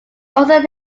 also